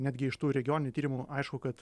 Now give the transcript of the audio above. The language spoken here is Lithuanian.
netgi iš tų regioninių tyrimų aišku kad